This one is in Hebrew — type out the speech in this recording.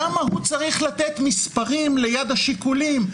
למה הוא צריך לתת מספרים ליד השיקולים?